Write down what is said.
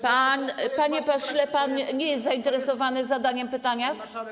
Pan, panie pośle, nie jest zainteresowany zadaniem pytania?